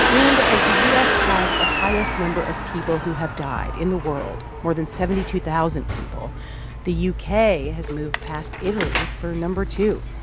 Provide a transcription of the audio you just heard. and as the u s. has the highest number of people who have died in the world more than seventy two thousand people the u k. has moved past italy for no. two,